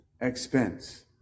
expense